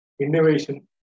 Innovation